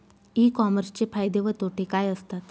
E कॉमर्सचे फायदे व तोटे काय असतात?